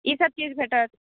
ई सभ चीज भेटत